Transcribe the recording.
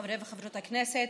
חברי וחברות הכנסת,